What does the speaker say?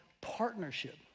partnership